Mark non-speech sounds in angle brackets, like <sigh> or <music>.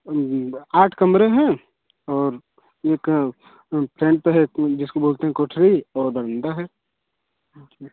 <unintelligible> आठ कमरे हैं और एक फ्रंट पे है को जिसको बोलते हैं कोठरी और बरंडा है <unintelligible>